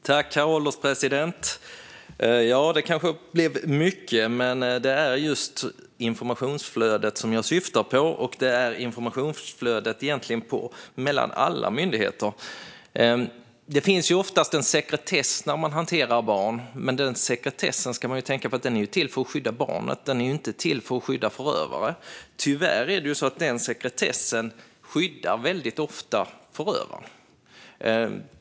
Herr ålderspresident! Ja, det kanske blev mycket, men det är just informationsflödet som jag syftar på. Det gäller egentligen informationsflödet mellan alla myndigheter. Det finns oftast en sekretess när man hanterar barn. Men man ska tänka på att den sekretessen är till för att skydda barnet. Den är inte till för att skydda förövare. Tyvärr skyddar den sekretessen väldigt ofta förövare.